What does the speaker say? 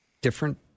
different